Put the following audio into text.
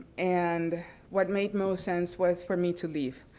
and what made most sense was for me to leave.